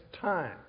time